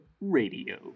Radio